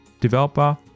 developer